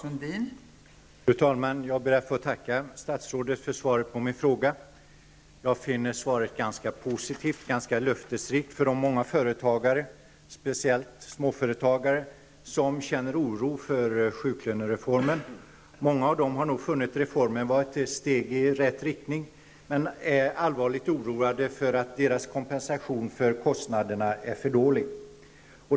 Fru talman! Jag ber att få tacka statsrådet för svaret på min fråga. Jag finner svaret ganska positivt och löftesrikt för de många företagare, speciellt småföretagare, som känner oro inför sjuklönereformen. Många av småföretagarna har nog ansett reformen vara ett steg i rätt riktning, men de är allvarligt oroade för att deras kompensation för kostnaderna är för dålig.